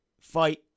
fight